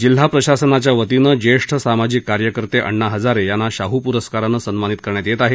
जिल्हा प्रशासनाच्या वतीनं ज्येष्ठ सामाजिक कार्यकर्ते अण्णा हजारे यांना शाहू पुरस्कारानं सन्मानित करण्यात येत आहे